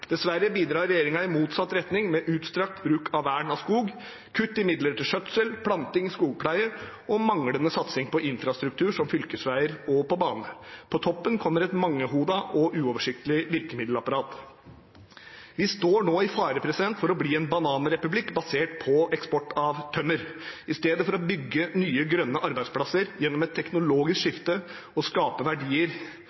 Dessverre bidrar regjeringen i motsatt retning med utstrakt bruk av vern av skog, kutt i midler til skjøtsel, planting og skogpleie, og manglende satsing på infrastruktur som fylkesveier og bane. På toppen kommer et mangehodet og uoversiktlig virkemiddelapparat. Vi står nå i fare for å bli en bananrepublikk basert på eksport av tømmer – i stedet for å bygge nye grønne arbeidsplasser gjennom et teknologisk